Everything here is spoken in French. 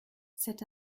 cet